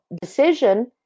decision